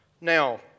Now